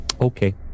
okay